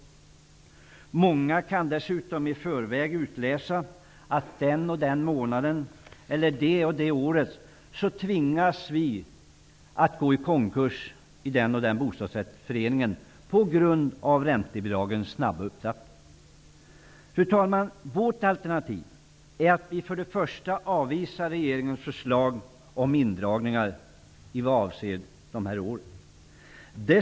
Dessutom kan många i förväg utläsa att den och den månaden eller det och det året tvingas man i den och den bostadsrättsföreningen att gå i konkurs på grund av räntebidragens snabba nedtrappning. Fru talman! Vårt alternativ är att vi först och främst avvisar regeringens förslag om indragningar vad avser de här aktuella åren.